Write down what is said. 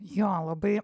jo labai